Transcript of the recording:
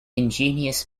ingenious